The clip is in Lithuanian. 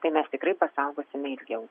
tai mes tikrai pasaugosime ilgiau